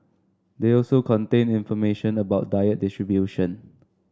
they also contain information about diet distribution